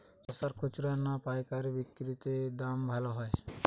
শশার খুচরা না পায়কারী বিক্রি তে দাম ভালো হয়?